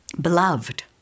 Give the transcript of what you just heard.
beloved